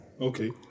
Okay